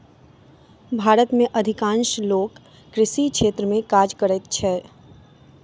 भारत में अधिकांश लोक कृषि क्षेत्र में काज करैत अछि